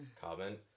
comment